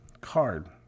card